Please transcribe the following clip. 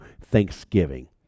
Thanksgiving